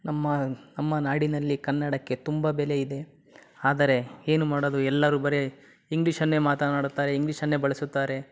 ನಮ್ಮ ನಮ್ಮ ನಾಡಿನಲ್ಲಿ ಕನ್ನಡಕ್ಕೆ ತುಂಬ ಬೆಲೆ ಇದೆ ಆದರೆ ಏನು ಮಾಡೋದು ಎಲ್ಲರೂ ಬರೀ ಇಂಗ್ಲೀಷನ್ನೇ ಮಾತನಾಡುತ್ತಾರೆ ಇಂಗ್ಲೀಷನ್ನೇ ಬಳಸುತ್ತಾರೆ